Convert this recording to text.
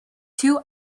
two